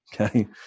Okay